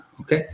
Okay